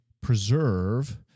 preserve